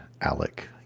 Alec